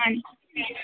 ਹਾਂਜੀ